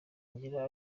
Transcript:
ngira